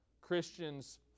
Christians